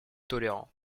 tolérant